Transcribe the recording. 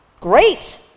Great